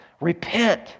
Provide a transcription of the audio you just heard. Repent